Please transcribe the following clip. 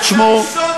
רבותי, לא יעזור.